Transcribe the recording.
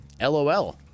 LOL